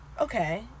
Okay